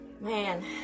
Man